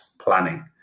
planning